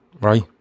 right